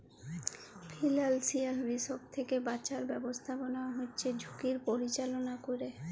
financial risk থ্যাকে বাঁচার ব্যাবস্থাপনা হচ্যে ঝুঁকির পরিচাললা ক্যরে